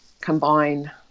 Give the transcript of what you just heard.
combine